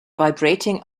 vibrating